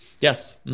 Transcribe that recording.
Yes